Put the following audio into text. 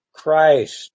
Christ